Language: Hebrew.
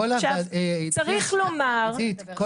עכשיו, צריך לומר --- עידית, כל